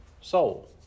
soul